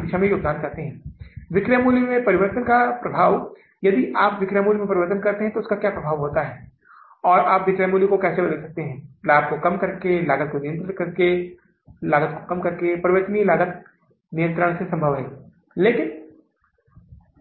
अगर आपको यह शुद्ध शेष यहाँ मिलता है तो आपको पता चलेगा कि यदि आप देखते हैं कि ये कुल संग्रह हैं और ये चार कुल भुगतान हैं यदि आप कुल भुगतान करते हैं और उसे 454000 डॉलर के कुल संग्रह से घटाया जाता है तो यह राशि